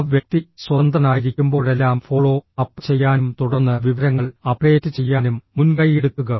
ആ വ്യക്തി സ്വതന്ത്രനായിരിക്കുമ്പോഴെല്ലാം ഫോളോ അപ്പ് ചെയ്യാനും തുടർന്ന് വിവരങ്ങൾ അപ്ഡേറ്റ് ചെയ്യാനും മുൻകൈയെടുക്കുക